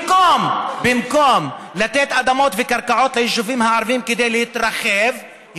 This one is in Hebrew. שבמקום לתת אדמות וקרקעות ליישובים הערביים כדי להתרחב,